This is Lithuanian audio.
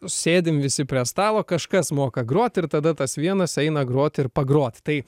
sėdim visi prie stalo kažkas moka grot ir tada tas vienas eina grot ir pagrot tai